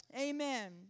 Amen